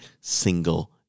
single